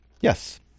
Yes